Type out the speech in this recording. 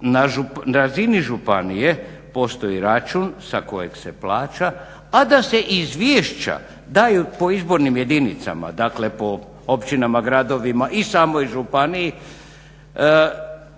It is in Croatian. na razini županije postoji račun sa kojeg se plaća, a da se izvješća daju po izbornim jedinicama dakle po općinama, gradovima i samoj županiji.